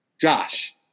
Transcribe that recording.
Josh